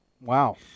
wow